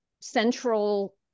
central